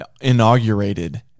Inaugurated